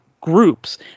groups